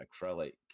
acrylic